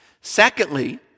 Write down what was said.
Secondly